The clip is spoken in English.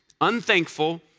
unthankful